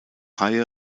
haie